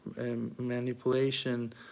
manipulation